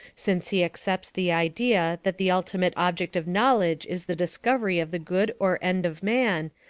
since he accepts the idea that the ultimate object of knowledge is the discovery of the good or end of man,